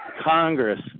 Congress